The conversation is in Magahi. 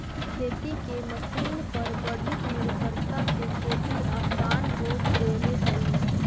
खेती के मशीन पर बढ़ीत निर्भरता से खेती आसान हो गेले हई